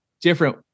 different